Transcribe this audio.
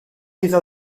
iddo